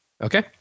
Okay